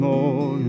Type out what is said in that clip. More